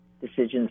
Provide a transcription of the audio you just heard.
decisions